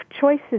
choices